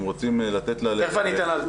אם רוצים לתת לה להתייחס,